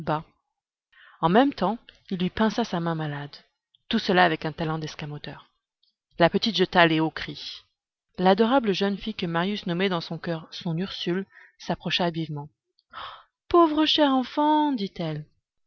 en même temps il lui pinça sa main malade tout cela avec un talent d'escamoteur la petite jeta les hauts cris l'adorable jeune fille que marius nommait dans son coeur son ursule s'approcha vivement pauvre chère enfant dit-elle